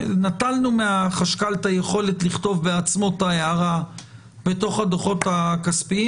נטלנו מהחשכ"ל את היכולת לכתוב בעצמו את ההערה בתוך הדוחות הכספיים.